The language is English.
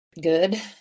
good